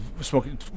Smoking